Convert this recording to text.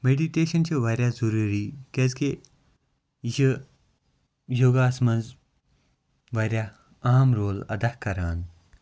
meditation چھُ واریاہ ضروٗری کیازکہِ یہِ چھِ یوگا ہَس منٛز واریاہ اہم رول ادا کَران